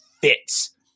fits